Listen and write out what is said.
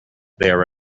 there